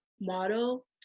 model